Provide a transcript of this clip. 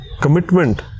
commitment